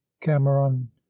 cameron